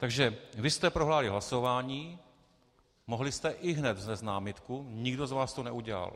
Takže vy jste prohráli hlasování, mohli jste ihned vznést námitku, nikdo z vás to neudělal.